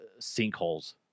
sinkholes